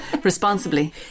responsibly